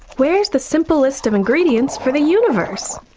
where's the simple list of ingredients for the universe?